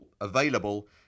available